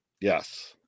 Yes